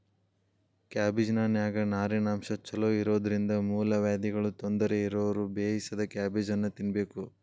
ಕ್ಯಾಬಿಜ್ನಾನ್ಯಾಗ ನಾರಿನಂಶ ಚೋಲೊಇರೋದ್ರಿಂದ ಮೂಲವ್ಯಾಧಿಗಳ ತೊಂದರೆ ಇರೋರು ಬೇಯಿಸಿದ ಕ್ಯಾಬೇಜನ್ನ ತಿನ್ಬೇಕು